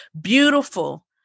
beautiful